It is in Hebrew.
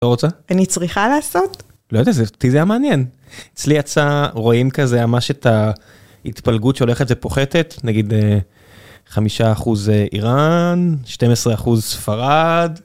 לא רוצה, אני צריכה לעשות, לא יודע אותי זה היה מעניין אצלי יצא, רואים כזה ממש את ההתפלגות שהולכת ופוחתת נגיד חמישה אחוז איראן, 12 אחוז ספרד.